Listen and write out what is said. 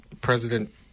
President